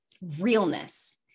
realness